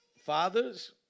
fathers